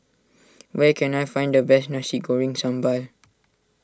where can I find the best Nasi Goreng Sambal